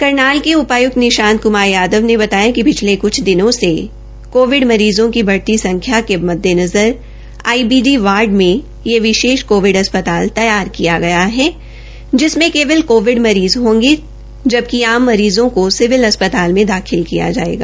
करनाल के उपायक्त निशांत कुमार यादव ने बताया कि पिछले दिनों से कोविड मरीज़ों की बढ़ती संख्या के मद्देनज़र बी डी बार्ड यह विशेष कोविड असपताल तैयार किया गया है जिसमें केवल कोविड मरीज़ होंगे जबकि आम मरीज़ों को सिविल अस्पताल में दाखिल किया जायेगा